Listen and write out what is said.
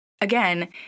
again